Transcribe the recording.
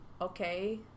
okay